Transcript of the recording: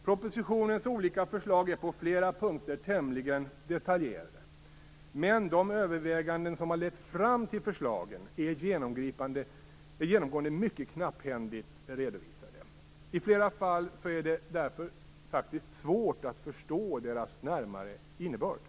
Propositionens olika förslag är på flera punkter tämligen detaljerade, men de överväganden som har lett fram till förslagen är genomgående mycket knapphändigt redovisade. I flera fall är det därför faktiskt svårt att förstå deras närmare innebörd.